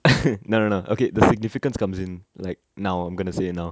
no no no okay the significance comes in like now I'm going to say now